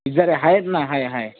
pizza वगैरे आहेत ना आहे आहे